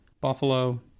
Buffalo